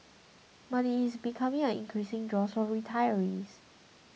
but it is becoming an increasing draw for retirees